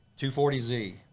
240Z